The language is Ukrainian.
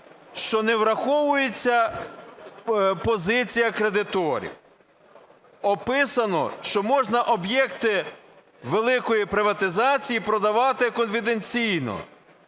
що не враховується позиція кредиторів. Описано, що можна об'єкти великої приватизації продавати конфіденційно.